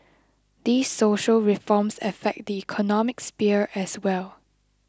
these social reforms affect the economic sphere as well